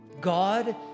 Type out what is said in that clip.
God